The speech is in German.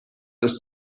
ist